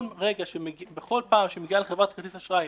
שבכל פעם שמגיעה לחברת כרטיסי אשראי